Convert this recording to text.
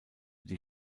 die